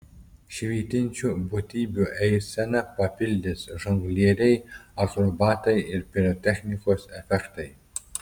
švytinčių būtybių eiseną papildys žonglieriai akrobatai ir pirotechnikos efektai